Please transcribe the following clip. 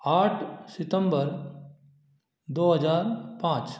आठ सितम्बर दो हजार पाँच